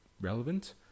relevant